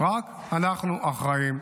רק אנחנו אחראים,